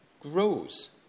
grows